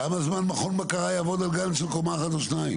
כמה זמן מכון בקרה יעבוד על גן של קומה אחת או שתיים?